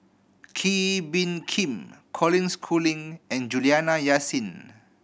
Kee Bee Khim Colin Schooling and Juliana Yasin